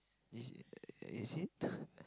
is it is it